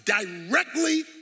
directly